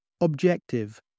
objective